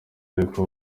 ariko